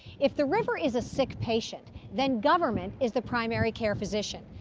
if the river is a sick patient, then government is the primary care physician.